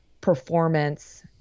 performance